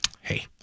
hey